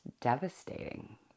devastating